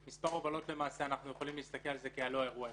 על מספר הובלות אנחנו יכולים להסתכל לא כעל אירוע אחד.